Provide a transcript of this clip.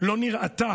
לא נראתה